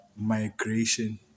migration